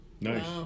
Nice